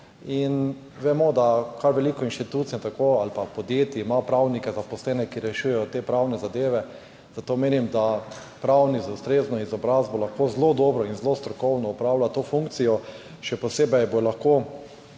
Vemo, da ima kar veliko institucij ali podjetij zaposlene pravnike, ki rešujejo te pravne zadeve, zato menim, da pravnik z ustrezno izobrazbo lahko zelo dobro in zelo strokovno opravlja to funkcijo. Še posebej bo lahko